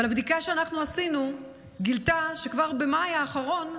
אבל בדיקה שעשינו גילתה שכבר במאי האחרון,